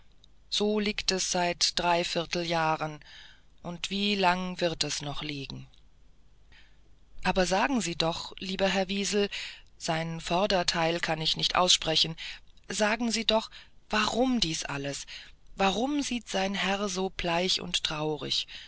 so liegt es seit drei vierteljahren und wie lange wird es noch so liegen aber sagen sie doch lieber herr wiesel sein vorderteil kann ich nicht aussprechen sagen sie doch warum dies alles warum sieht sein herr so bleich und traurig